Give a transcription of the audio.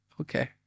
Okay